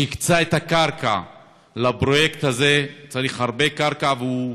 שהקצה את הקרקע לפרויקט הזה, צריך הרבה קרקע, והוא